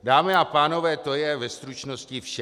Dámy a pánové, to je ve stručnosti vše.